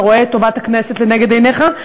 אתה רואה את טובת הכנסת לנגד עיניך.